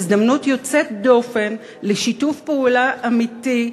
הזדמנות יוצאת דופן לשיתוף פעולה אמיתי,